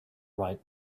right